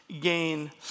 gain